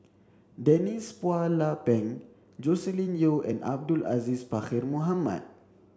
Denise Phua Lay Peng Joscelin Yeo and Abdul Aziz Pakkeer Mohamed